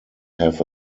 have